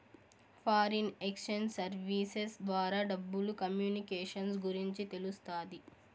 foreign exchange services ద్వారా డబ్బులు communications గురించి తెలుస్తాది